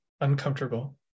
uncomfortable